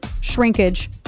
shrinkage